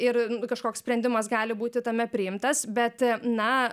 ir kažkoks sprendimas gali būti tame priimtas bet na